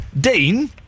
Dean